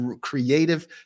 creative